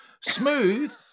Smooth